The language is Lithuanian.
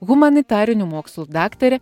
humanitarinių mokslų daktarė